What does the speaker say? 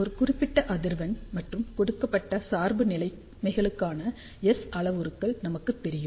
ஒரு குறிப்பிட்ட அதிர்வெண் மற்றும் கொடுக்கப்பட்ட சார்பு நிலைமைகளுக்கான S அளவுருக்கள் நமக்குத் தெரியும்